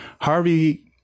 Harvey